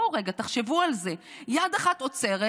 בואו תחשבו על זה רגע: יד אחת עוצרת,